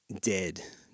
dead